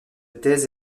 thèse